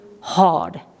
hard